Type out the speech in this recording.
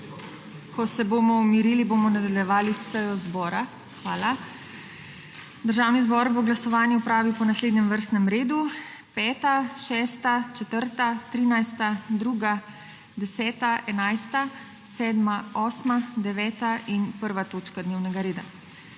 ko se bomo umirili, bomo nadaljevali s sejo zbora. Hvala. Državni zbor bo glasovanje opravil po naslednjem vrstnem redu: 5., 6., 4., 13., 2., 10., 11., 7., 8., 9. in 1. točka dnevnega reda.